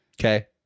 Okay